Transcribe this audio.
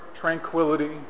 tranquility